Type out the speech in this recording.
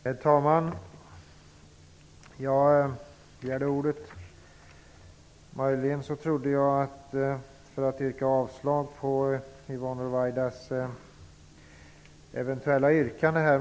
Herr talman! Jag begärde ordet för att yrka avslag på Yvonne Ruwaidas eventuella yrkande.